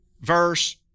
verse